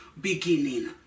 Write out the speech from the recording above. beginning